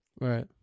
Right